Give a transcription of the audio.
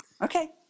Okay